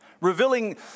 revealing